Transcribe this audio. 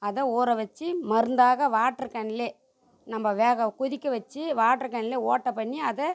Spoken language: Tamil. அதை ஊறவச்சு மருந்தாக வாட்ரு கேனில் நம்ம வேக கொதிக்க வச்சு வாட்ரு கேனில் ஓட்டை பண்ணி அதை